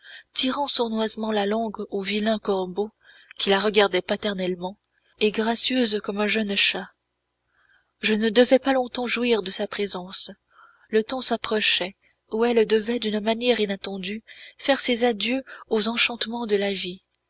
tirant sournoisement la langue au vilain corbeau qui la regardait paternellement et gracieuse comme un jeune chat je ne devais pas longtemps jouir de sa présence le temps s'approchait où elle devait d'une manière inattendue faire ses adieux aux enchantements de la vie